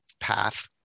path